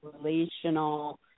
relational